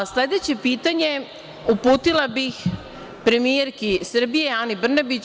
Sledeće pitanje uputila bih premijerki Srbije, Ani Brnabić.